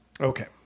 Okay